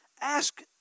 Ask